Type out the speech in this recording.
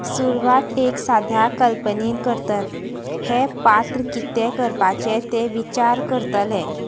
सुरवात एक साद्या कल्पनेन करतात हें पात्र कितें करपाचें तें विचार करतले